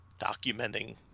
documenting